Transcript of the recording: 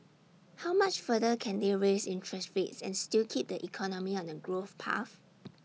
how much further can they raise interest rates and still keep the economy on A growth path